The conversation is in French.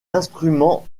instruments